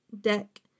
deck